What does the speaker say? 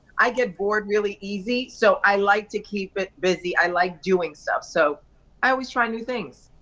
i get bored really easy so i like to keep it busy, i like doing stuff, so i always try new things.